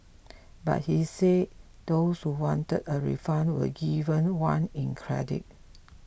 but he said those who wanted a refund were given one in credit